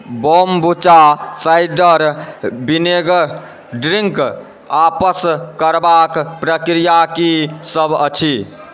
बोम्बुचा cider vinegar drink आपस करबाक प्रक्रिया की सभ अछि